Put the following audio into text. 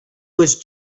was